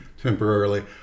temporarily